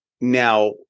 Now